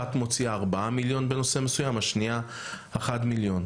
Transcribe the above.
אחת מוציאה 4 מיליון בנושא מסוים והשנייה מיליון אחד,